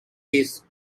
these